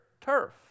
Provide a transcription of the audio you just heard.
turf